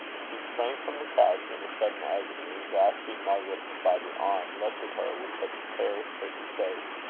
she sprang from the couch in a sudden agony, and grasping margaret by the arm, looked at her with such a terror-stricken face,